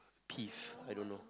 peeve I don't know